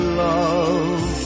love